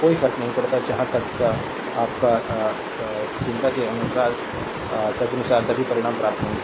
कोई फर्क नहीं पड़ता जहां तक your loser चिंता के अनुसार तदनुसार सभी परिणाम प्राप्त होंगे